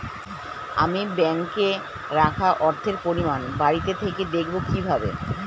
আমি ব্যাঙ্কে রাখা অর্থের পরিমাণ বাড়িতে থেকে দেখব কীভাবে?